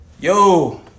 Yo